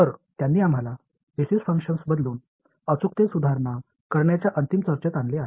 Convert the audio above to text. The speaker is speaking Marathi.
तर त्यांनी आम्हाला बेसिस फंक्शन्स बदलून अचूकतेत सुधारणा करण्याच्या अंतिम चर्चेत आणले आहे